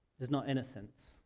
is not innocence